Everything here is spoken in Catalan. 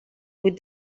huit